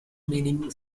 meaning